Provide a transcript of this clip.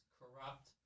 corrupt